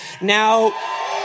Now